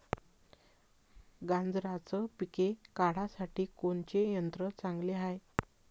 गांजराचं पिके काढासाठी कोनचे यंत्र चांगले हाय?